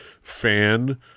fan